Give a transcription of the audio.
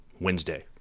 Wednesday